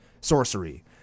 sorcery